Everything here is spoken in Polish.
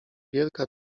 wielka